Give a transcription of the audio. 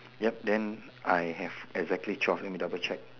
yup then I have exactly twelve let me double check